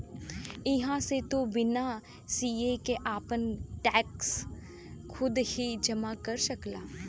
इहां से तू बिना सीए के आपन टैक्स खुदही जमा कर सकला